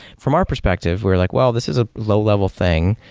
from our perspective we're like, well, this is a low-level thing,